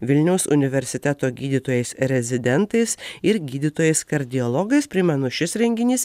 vilniaus universiteto gydytojais rezidentais ir gydytojais kardiologais primenu šis renginys